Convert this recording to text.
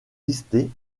listés